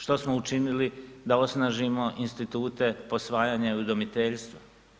Što smo učinili da osnažimo institute posvajanja i udomiteljstva?